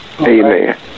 Amen